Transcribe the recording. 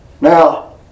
Now